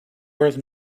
worth